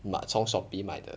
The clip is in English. mah 从 shopee 买的